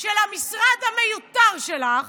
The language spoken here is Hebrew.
של המשרד המיותר שלך